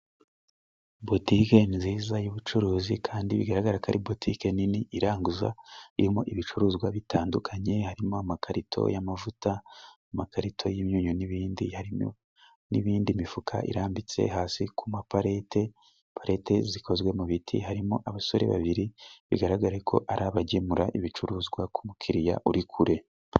Butike nziza y'ubucuruzi kandi bigaragara ko ari butike nini iranguza ,irimo ibicuruzwa bitandukanye harimo amakarito y'amavuta, amakarito y'imyunyu n'ibindi harimo n'ibindi mifuka irambitse hasi ku mapalete ,palete zikozwe mu biti . Harimo abasore babiri bigaragara ko ari abagemura ibicuruzwa ku mukiriya uri kure.